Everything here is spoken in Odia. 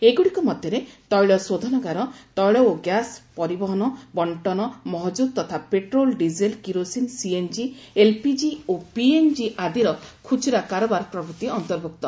ଏଗୁଡ଼ିକ ମଧ୍ୟରେ ତେଳ ଶୋଧନାଗାର ତେଳ ଓ ଗ୍ୟାସ୍ର ପରିବହନ ବଣ୍ଢନ ମହଜୁଦ୍ ତଥା petrol diesel kerosene CNG LPG ଓ ପିଏନ୍ଜି ଆଦିର ଖୁଚୁରା କାରବାର ପ୍ରଭୂତି ଅନ୍ତର୍ଭୁକ୍ତ